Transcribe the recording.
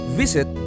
visit